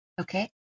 Okay